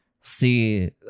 see